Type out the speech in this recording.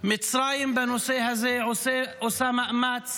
מצרים בנושא הזה עושה מאמץ